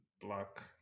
black